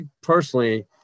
personally